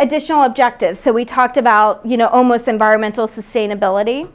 additional objectives. so we talked about you know almost environmental sustainability.